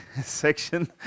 section